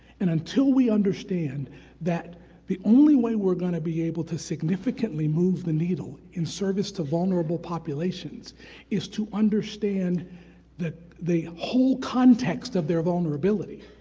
and until we understand that the only way we're going to be able to significantly move the needle in service to vulnerable populations is to understand that the whole context of their vulnerability,